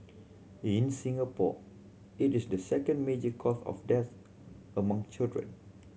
in Singapore it is the second major cause of death among children